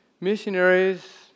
missionaries